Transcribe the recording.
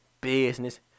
business